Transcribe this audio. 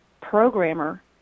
programmer